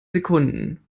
sekunden